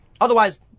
Otherwise